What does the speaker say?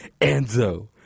Enzo